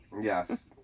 Yes